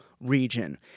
region